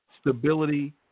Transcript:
stability